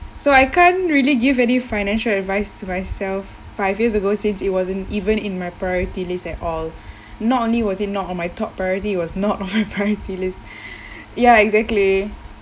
so I can't really give any financial advice myself five years ago since it wasn't even in my priority list at all not only was it not on my top priority it was not on my priority list ya exactly